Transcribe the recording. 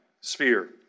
sphere